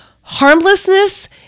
harmlessness